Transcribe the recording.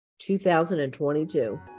2022